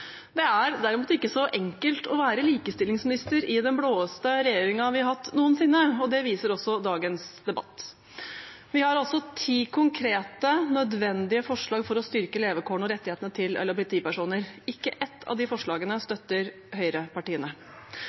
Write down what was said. Det er derimot ikke så enkelt å være likestillingsminister i den blåeste regjeringen vi har hatt noensinne. Det viser også dagens debatt. Vi har ti konkrete, nødvendige forslag for å styrke levekårene og rettighetene til LHBT-personer. Ikke ett av de forslagene støtter høyrepartiene.